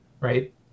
right